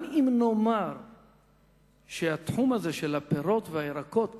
גם אם נאמר שתחום הפירות והירקות